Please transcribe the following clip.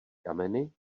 kameny